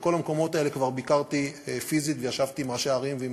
בכל המקומות האלה כבר ביקרתי פיזית וישבתי עם ראשי הערים ועם